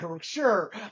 sure